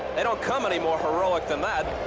they don't come any more heroic than that.